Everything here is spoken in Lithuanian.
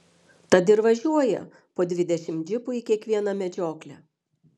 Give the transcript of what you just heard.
tad ir važiuoja po dvidešimt džipų į kiekvieną medžioklę